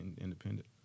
Independent